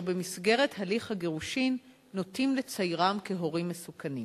במסגרת הליך הגירושין נוטים לציירם כהורים מסוכנים.